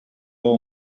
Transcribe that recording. all